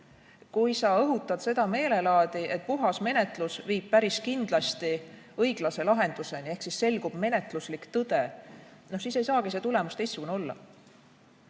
kui sa õhutad seda meelelaadi, et puhas menetlus viib päris kindlasti õiglase lahenduseni, ehk siis selgub menetluslik tõde, siis ei saagi see tulemus teistsugune olla.